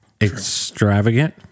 Extravagant